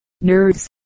nerves